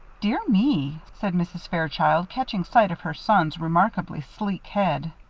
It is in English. dear me! said mrs. fairchild, catching sight of her son's remarkably sleek head.